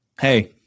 Hey